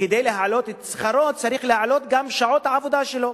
וכדי להעלות את שכרו צריך להעלות גם את מספר שעות העבודה שלו.